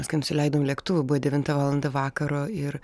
mes kai nusileidom lėktuvu buvo devinta valanda vakaro ir